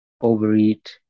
overeat